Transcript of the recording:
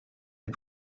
les